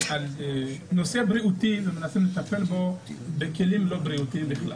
נושא בריאותי ומנסים לטפל בו בכלים לא בריאותיים בכלל.